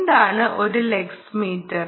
എന്താണ് ഒരു lux metre